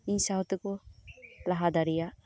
ᱤᱧᱟ ᱥᱟᱶ ᱛᱮᱠᱚ ᱞᱟᱦᱟ ᱫᱟᱲᱮᱭᱟᱜ